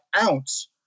ounce